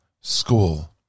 school